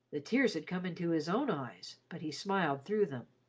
the tears had come into his own eyes, but he smiled through them.